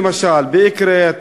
למשל באקרית,